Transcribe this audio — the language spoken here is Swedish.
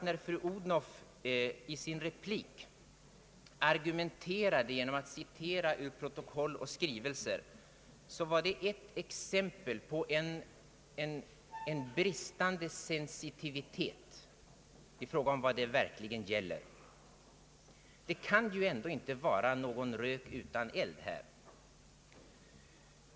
När fru Odhnoff i sin replik argumenterade genom att citera ur protokoll och skrivelser var det ett exempel på en bristande sensitivitet i fråga om vad det verkligen gäller. Det kan ju ändå inte vara någon rök utan eld.